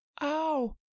Ow